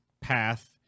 path